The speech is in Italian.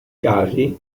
casi